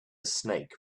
snake